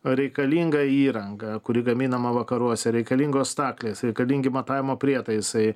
reikalinga įranga kuri gaminama vakaruose reikalingos staklės reikalingi matavimo prietaisai